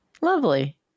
Lovely